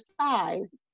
size